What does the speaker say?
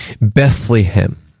Bethlehem